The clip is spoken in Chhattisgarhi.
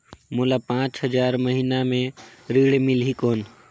मोला पांच हजार महीना पे ऋण मिलही कौन?